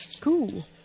cool